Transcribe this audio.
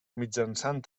mitjançant